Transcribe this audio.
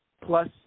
plus